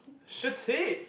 shu qi